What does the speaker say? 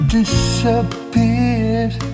disappeared